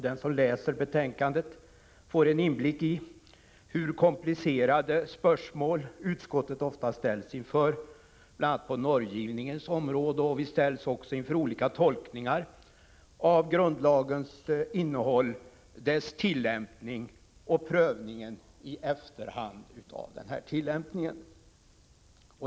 Den som läser betänkandet får en inblick i hur komplicerade spörsmål utskottet ofta ställs inför, bl.a. på normgivningens område. Vi ställs också inför olika tolkningar av grundlagens innehåll, dess tillämpning och prövningen i efterhand av denna tillämpning.